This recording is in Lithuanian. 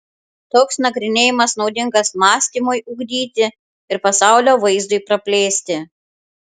toks nagrinėjimas naudingas mąstymui ugdyti ir pasaulio vaizdui praplėsti